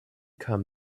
kam